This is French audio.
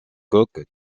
coque